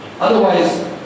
Otherwise